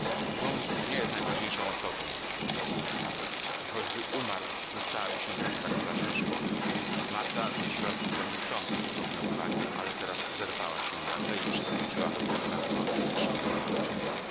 tom nie jest najważniejszą osobą mruczał piotr dalej i choćby umarzł nie stałaby się znowu tak straszna szkoda marta znosiła zwykle milcząco podobne uwagi ale teraz zerwała się nagle i przyskoczyła do piotra z roziskrzonemi oczyma